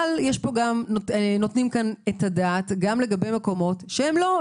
אבל נותנים כאן את הדעת גם לגבי מקומות שהם לא.